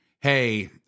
hey